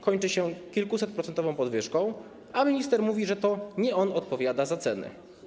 Kończy się kilkusetprocentową podwyżką, a minister mówi, że to nie on odpowiada za ceny.